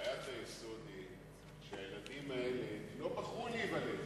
בעיית היסוד היא שהילדים האלה לא בחרו להיוולד פה,